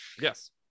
Yes